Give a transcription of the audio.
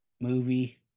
Movie